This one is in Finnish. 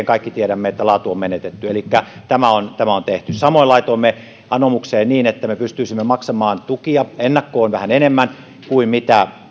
kaikki tiedämme että sen jälkeen laatu on menetetty elikkä tämä on tämä on tehty samoin laitoimme anomukseen niin että me pystyisimme maksamaan tukia ennakkoon vähän enemmän kuin mitä